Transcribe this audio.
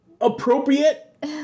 appropriate